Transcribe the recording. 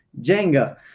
Jenga